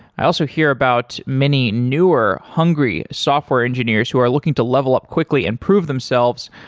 i also hear about many newer, hungry software engineers who are looking to level up quickly and prove themselves